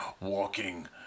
walking